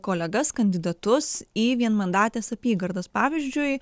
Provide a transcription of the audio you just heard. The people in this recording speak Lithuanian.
kolegas kandidatus į vienmandates apygardas pavyzdžiui